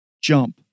Jump